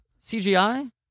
CGI